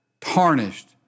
tarnished